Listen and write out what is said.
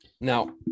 Now